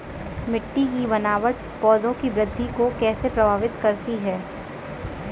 मिट्टी की बनावट पौधों की वृद्धि को कैसे प्रभावित करती है?